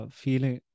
feeling